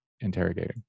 interrogating